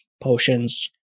potions